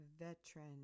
veteran